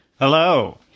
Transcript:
Hello